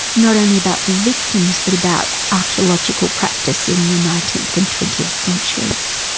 not only about the victims but about archaeological practice in the nineteenth and twentieth centuries.